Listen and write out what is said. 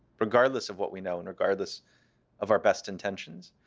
regardless of what we know and regardless of our best intentions.